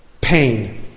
pain